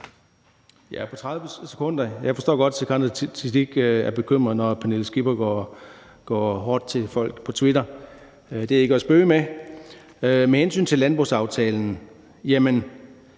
jeg 30 sekunder. Jeg forstår godt, at hr. Sikandar Siddique er bekymret, når fru Pernille Skipper går hårdt til en på Twitter. Det er ikke at spøge med. Med hensyn til landbrugsaftalen